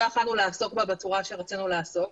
לא יכולנו לעסוק בה בצורה שרצינו לעסוק,